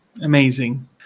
Amazing